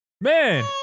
man